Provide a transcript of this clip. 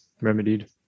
remedied